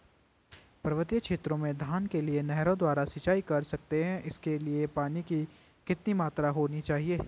पर्वतीय क्षेत्रों में धान के लिए नहरों द्वारा सिंचाई कर सकते हैं इसके लिए पानी की कितनी मात्रा होनी चाहिए?